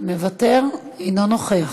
אינו נוכח,